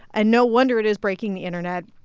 and no wonder it is breaking the internet.